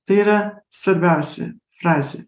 tai yra svarbiausia frazė